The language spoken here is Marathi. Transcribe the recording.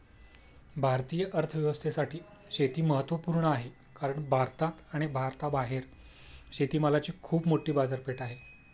भारतीय अर्थव्यवस्थेसाठी शेती महत्वपूर्ण आहे कारण भारतात व भारताबाहेर शेतमालाची खूप मोठी बाजारपेठ आहे